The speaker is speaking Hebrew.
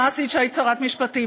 מה עשית כשהיית שרת משפטים,